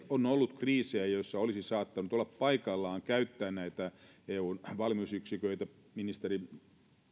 on ollut kriisejä joissa olisi saattanut olla paikallaan käyttää näitä eun valmiusyksiköitä